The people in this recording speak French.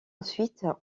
ensuite